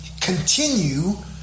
continue